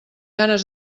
ganes